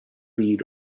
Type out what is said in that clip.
lead